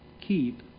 keep